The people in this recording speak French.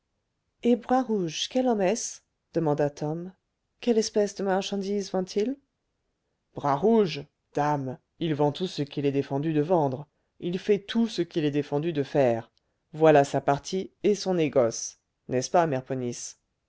et bras rouge quel homme est-ce demanda tom quelle espèce de marchandises vend il bras rouge dame il vend tout ce qu'il est défendu de vendre il fait tout ce qu'il est défendu de faire voilà sa partie et son négoce n'est-ce pas mère ponisse